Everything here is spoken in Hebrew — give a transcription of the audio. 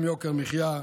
גם יוקר מחיה,